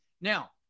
Now